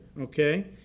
okay